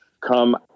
come